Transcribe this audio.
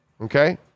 Okay